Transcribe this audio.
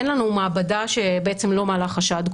אין לנו מעבדה שלא מעלה חשד.